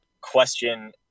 question